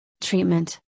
Treatment